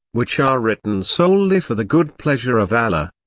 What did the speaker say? which are written solely for the good pleasure of allah.